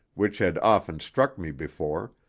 which had often struck me before,